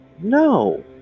No